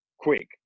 quick